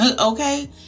okay